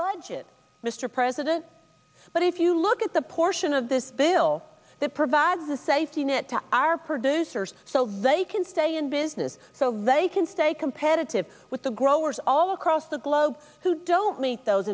budget mr president but if you look at the portion of this bill that provides a safety net to our producers so they can stay in business so they can stay competitive with the growers all across the globe who don't meet those